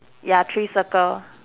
ya three circle